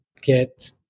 get